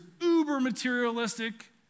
uber-materialistic